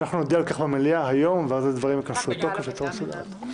אנחנו נודיע על כך במליאה היום ואז הדברים ייכנסו לתוקף בצורה מסודרת.